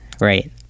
right